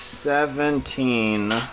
Seventeen